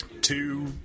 two